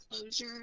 closure